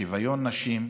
שוויון נשים.